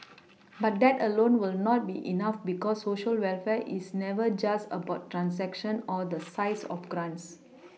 but that alone will not be enough because Social welfare is never just about transactions or the size of grants